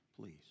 please